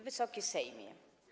Wysoki Sejmie!